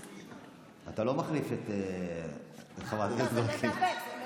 אתה לא מחליף את חברת הכנסת גוטליב.